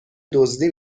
دزدی